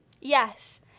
Yes